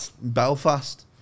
Belfast